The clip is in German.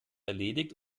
erledigt